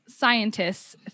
scientists